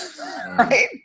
Right